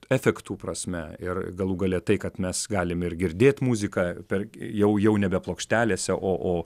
efektų prasme ir galų gale tai kad mes galim ir girdėt muziką per jau jau nebe plokštelėse oo